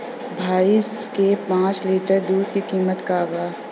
भईस के पांच लीटर दुध के कीमत का बा?